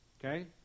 Okay